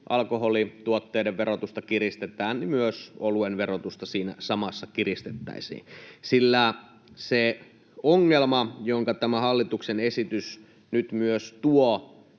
alkoholituotteiden verotusta kiristetään, myös oluen verotusta siinä samassa kiristettäisiin. Se ongelma, jonka tämä hallituksen esitys nyt tuo